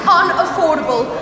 unaffordable